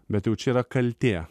bet jau čia yra kaltė